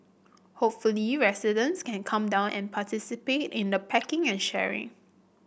hopefully residents can come down and participate in the packing and sharing